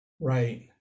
Right